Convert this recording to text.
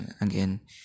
again